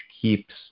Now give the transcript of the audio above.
keeps